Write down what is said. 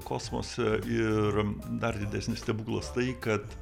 kosmose ir dar didesnis stebuklas tai kad